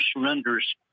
surrenders